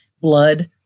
blood